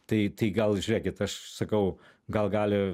tai tai gal žiūrėkit aš sakau gal gali